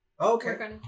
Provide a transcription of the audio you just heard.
okay